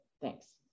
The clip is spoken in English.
thanks